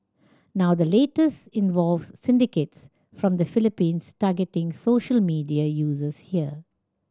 now the latest involves syndicates from the Philippines targeting social media users here